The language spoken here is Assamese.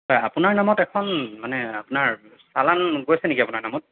হয় আপোনাৰ নামত এখন মানে আপোনাৰ চালান গৈছে নেকি আপোনাৰ নামত